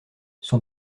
son